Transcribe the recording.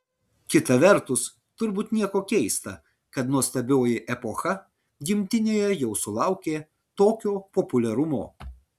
kita vertus turbūt nieko keista kad nuostabioji epocha gimtinėje jau sulaukė tokio populiarumo